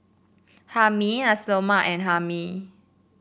Hae Mee Nasi Lemak and Hae Mee